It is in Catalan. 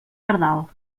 pardal